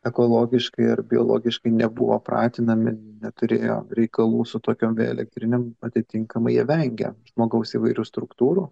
ekologiškai ar biologiškai nebuvo pratinami neturėjo reikalų su tokiom elektrinėm atitinkamai jie vengia žmogaus įvairių struktūrų